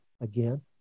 again